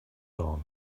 dawn